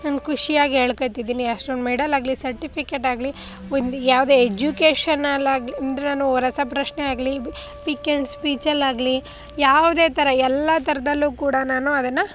ನಾನು ಖುಷಿಯಾಗಿ ಹೇಳ್ಕೊಳ್ತಿದ್ದೀನಿ ಅಷ್ಟೊಂದು ಮೆಡಲ್ ಆಗಲಿ ಸರ್ಟಿಫಿಕೇಟ್ ಆಗಲಿ ಒಂದು ಯಾವುದೇ ಎಜುಕೇಷನಲ್ಲಾಗಲಿ ಅಂದರೆ ನಾನು ರಸಪ್ರಶ್ನೆ ಆಗಲಿ ಪಿಕ್ ಆ್ಯಂಡ್ ಸ್ಪೀಚಲ್ಲಿ ಆಗಲಿ ಯಾವುದೇ ಥರ ಎಲ್ಲ ಥರದಲ್ಲೂ ಕೂಡ ನಾನು ಅದನ್ನು